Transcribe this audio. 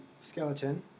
skeleton